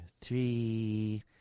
three